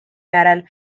järel